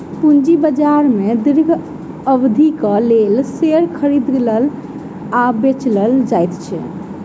पूंजी बाजार में दीर्घ अवधिक लेल शेयर खरीदल आ बेचल जाइत अछि